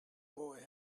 boy